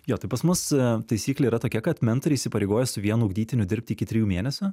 jo tai pas mus taisyklė yra tokia kad mentoriai įsipareigoja su vienu ugdytiniu dirbt iki trijų mėnesių